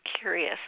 curious